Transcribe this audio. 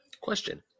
Question